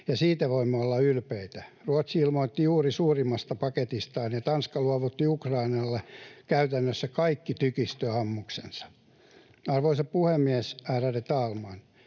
ja siitä voimme olla ylpeitä. Ruotsi ilmoitti juuri suurimmasta paketistaan, ja Tanska luovutti Ukrainalle käytännössä kaikki tykistöammuksensa. Arvoisa puhemies, ärade talman!